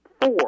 Four